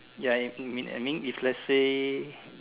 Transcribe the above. ya it mean I mean if let's say